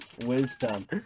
Wisdom